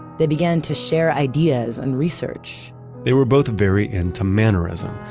they began to share ideas and research they were both very into mannerism,